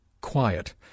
quiet